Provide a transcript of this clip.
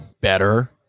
better